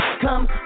come